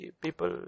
people